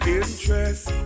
interest